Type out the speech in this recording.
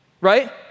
Right